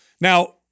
Now